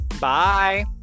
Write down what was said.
Bye